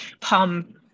Palm